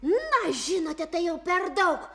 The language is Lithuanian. na žinote tai jau per daug